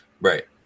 right